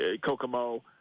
Kokomo